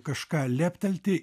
kažką leptelti